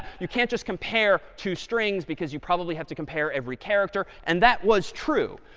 you can't just compare two strings because you probably have to compare every character. and that was true.